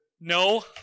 No